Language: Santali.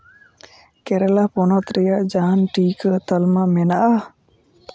ᱠᱮᱨᱟᱞᱟ ᱯᱚᱱᱚᱛ ᱨᱮᱭᱟᱜ ᱡᱟᱦᱟᱱ ᱴᱤᱠᱟᱹ ᱛᱟᱞᱢᱟ ᱢᱮᱱᱟᱜᱼᱟ